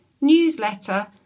newsletter